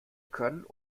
können